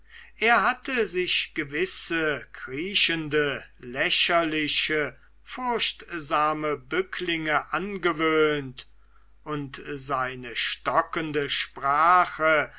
er hatte sich gewisse kriechende lächerliche furchtsame bücklinge angewöhnt und seine stockende sprache